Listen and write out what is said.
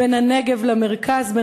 בין הנגב למרכז,